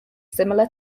similar